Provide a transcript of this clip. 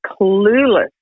clueless